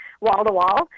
wall-to-wall